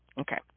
okay